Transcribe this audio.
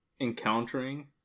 encountering